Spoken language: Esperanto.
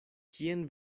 kien